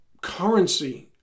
currency